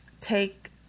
take